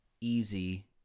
easy